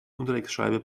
unterlegscheibe